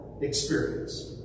experience